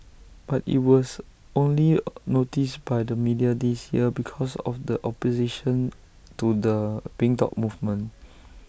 but IT was only noticed by the media this year because of the opposition to the pink dot movement